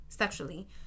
Sexually